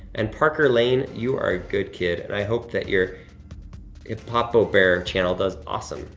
and parker lane you are a good kid and i hope that your hippopper bear channel does awesome.